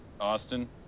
Austin